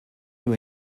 you